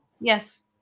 Yes